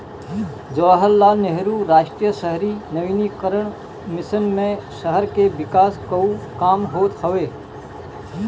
जवाहरलाल नेहरू राष्ट्रीय शहरी नवीनीकरण मिशन मे शहर के विकास कअ काम होत हवे